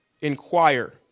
Inquire